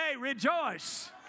rejoice